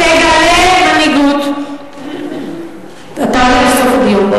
תגלה מנהיגות, אתה עולה בסוף הדיון.